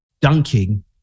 dunking